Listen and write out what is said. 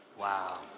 Wow